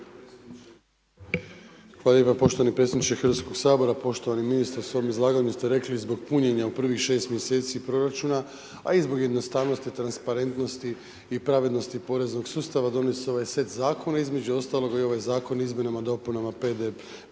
Hvala lijepa poštovani predsjedniče Hrvatskog sabora. Poštovani ministre u svom izlaganju ste rekli zbog punjenja u prvih 6 mjeseci proračuna a i zbog jednostavno i transparentnosti i pravednosti poreznog sustava donese ovaj set zakona, između ostalog i ovaj Zakon o izmjenama i dopunama PDV-a